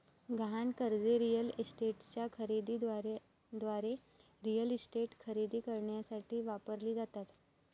गहाण कर्जे रिअल इस्टेटच्या खरेदी दाराद्वारे रिअल इस्टेट खरेदी करण्यासाठी वापरली जातात